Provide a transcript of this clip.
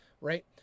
Right